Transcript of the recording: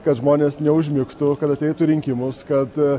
kad žmonės neužmigtų kad ateitų į rinkimus kad